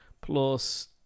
plus